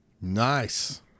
Nice